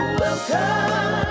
welcome